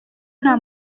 nta